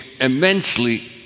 immensely